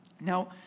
Now